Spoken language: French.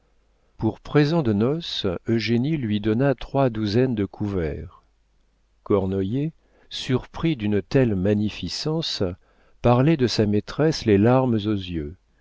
pour présent de noce eugénie lui donna trois douzaines de couverts cornoiller surpris d'une telle magnificence parlait de sa maîtresse les larmes aux yeux